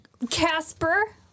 casper